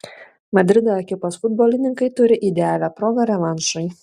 madrido ekipos futbolininkai turi idealią progą revanšui